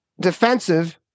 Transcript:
defensive